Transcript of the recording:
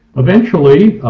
eventually